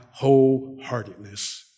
wholeheartedness